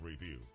review